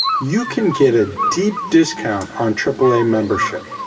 you can get a deep discount on aaa membership.